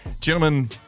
Gentlemen